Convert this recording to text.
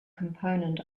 component